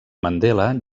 mandela